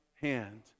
hand